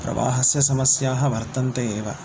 प्रवाहस्य समस्याः वर्तन्ते एव